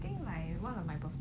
think like one of my boss